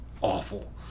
awful